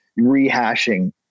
rehashing